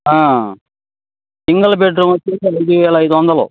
single bedroom వచ్చేసి ఐదు వేల ఐదు వందలు